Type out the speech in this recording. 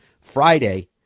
Friday